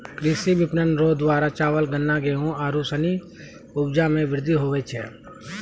कृषि विपणन रो द्वारा चावल, गन्ना, गेहू आरू सनी उपजा मे वृद्धि हुवै छै